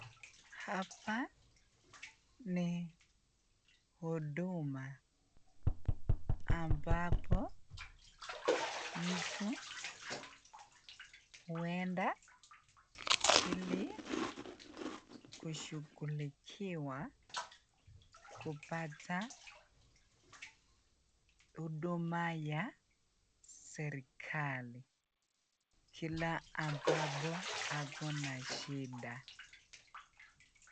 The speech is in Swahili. Hapa ni huduma ambapo mtu huenda ili kushughulikiwa kupata huduma ya serekali kila ambapo ako na shida.